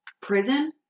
prison